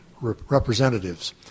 representatives